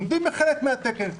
עומדים בחלק מהתקן,